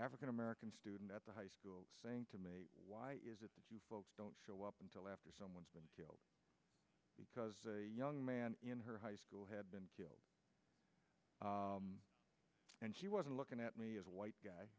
african american student at the high school saying to me why is it you folks don't show up until after someone's been killed because young man in her high school had been killed and she wasn't looking at me as a white guy